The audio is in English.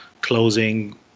closing